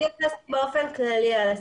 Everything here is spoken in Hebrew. מתייחסת באופן כללי.